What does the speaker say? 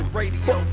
radio